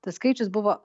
tas skaičius buvo